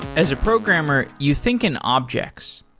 as a programmer, you think an object.